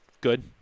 good